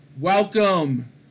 Welcome